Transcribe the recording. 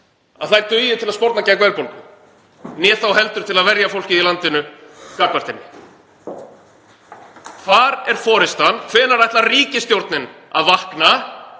og aftur, dugi til að sporna gegn verðbólgu, hvað þá heldur til að verja fólkið í landinu gagnvart henni. Hvar er forystan? Hvenær ætlar ríkisstjórnin að vakna?